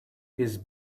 his